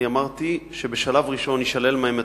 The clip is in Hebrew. אמרתי: בשלב ראשון יישלל מהם התקציב,